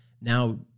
now